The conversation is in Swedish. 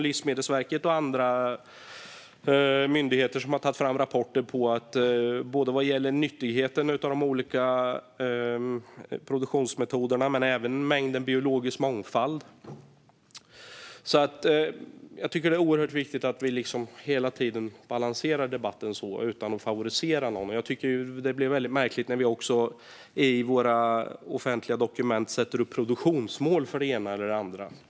Livsmedelsverket och andra myndigheter har tagit fram rapporter både om nyttigheten hos de olika produktionsmetoderna och om mängden biologisk mångfald. Jag tycker att det är oerhört viktigt att vi hela tiden balanserar debatten och inte favoriserar någon. Det blir väldigt märkligt när vi i våra offentliga dokument sätter upp produktionsmål för det ena eller det andra.